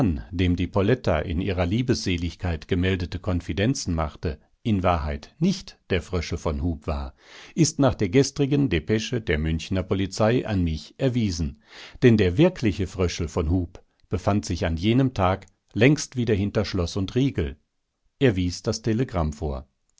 dem die poletta in ihrer liebesseligkeit gemeldete konfidenzen machte in wahrheit nicht der fröschel von hub war ist nach der gestrigen depesche der münchener polizei an mich erwiesen denn der wirkliche fröschel von hub befand sich an jenem tag langst wieder hinter schloß und riegel er wies das telegramm vor